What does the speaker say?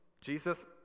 Jesus